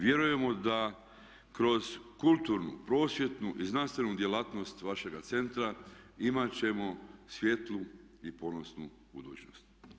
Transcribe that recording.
Vjerujemo da kroz kulturnu, prosvjetnu i znanstvenu djelatnost vašega centra imat ćemo svijetlu i ponosnu budućnost.